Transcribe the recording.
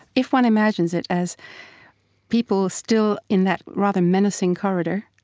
if one imagines it as people still in that rather menacing corridor,